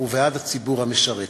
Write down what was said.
ובעד הציבור המשרת.